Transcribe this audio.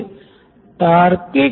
एक ही सवाल के विभिन्न जवाब हो सकते है